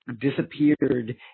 disappeared